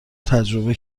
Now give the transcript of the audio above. تجربه